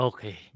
Okay